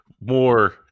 more